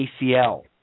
ACL